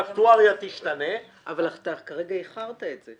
האקטואריה תשתנה --- אבל אתה כרגע איחרת את זה.